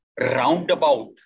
roundabout